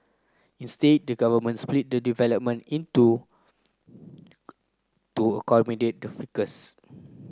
instead the government split the development in two to to accommodate the ficus